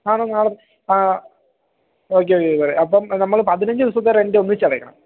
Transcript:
നാളെ വന്നോ നാളെ വന്നോ ഓക്കെ ഓക്കെ പറയാം അപ്പം നമ്മൾ പതിനഞ്ച് ദിവസത്തെ റെൻറ്റ് ഒന്നിച്ചടക്കണം